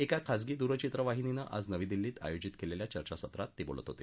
एका खाजगी दूरचित्रवाहिनीने आज नवी दिल्ली क्रिं आयोजित केलेल्या चर्चासत्रात बोलत होते